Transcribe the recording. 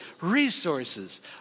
resources